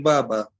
Baba